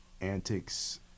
antics